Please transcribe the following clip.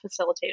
facilitator